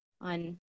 on